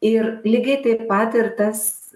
ir lygiai taip pat ir tas